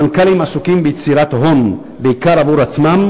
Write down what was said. המנכ"לים עסוקים ביצירת הון בעיקר עבור עצמם,